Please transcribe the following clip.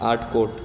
Atkot